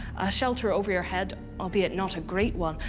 a shelter over your head, albeit not a great one,